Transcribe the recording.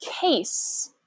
case